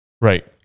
Right